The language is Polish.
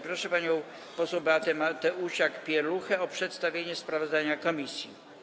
Proszę panią poseł Beatę Mateusiak-Pieluchę o przedstawienie sprawozdania komisji.